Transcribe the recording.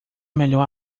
melhor